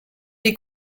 est